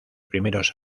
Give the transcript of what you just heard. primeros